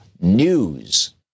news